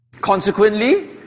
Consequently